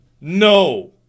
no